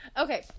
Okay